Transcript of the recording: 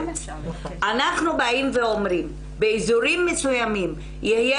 אנחנו באים ואומרים: באזורים מסוימים יהיה